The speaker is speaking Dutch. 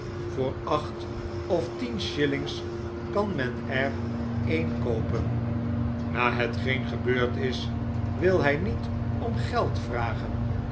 yoor acht of tien shillings kan men er een koopen na hetgeen gebeurd is wil hij niet om geld vragen